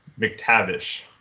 McTavish